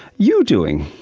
you doing?